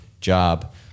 job